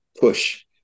push